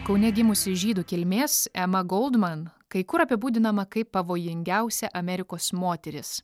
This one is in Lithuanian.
kaune gimusi žydų kilmės ema goldman kai kur apibūdinama kaip pavojingiausia amerikos moteris